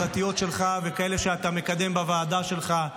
פרטיות שלך וכאלה שאתה מקדם בוועדה שלך,